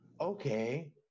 okay